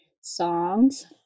songs